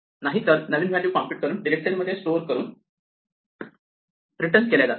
नाहीतर नवीन value compute करून डिरेक्टरी मध्ये स्टोअर करून रिटर्न केल्या जातात